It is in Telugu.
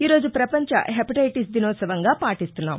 ఈరోజు పపంచ హెపటైటిస్ దినోత్సవంగా పాటిస్తున్నాం